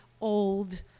old